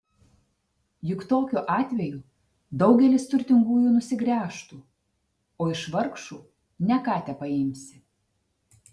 juk tokiu atveju daugelis turtingųjų nusigręžtų o iš vargšų ne ką tepaimsi